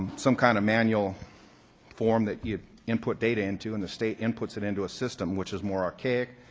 some kind of manual form that you input data into and the state inputs it into a system, which is more archaic,